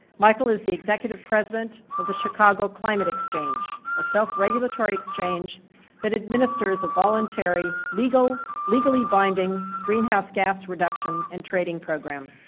michael is the executive president of the chicago climate exchange, a self-regulatory exchange that administers a voluntary legal, legally binding greenhouse gas reduction and trading program.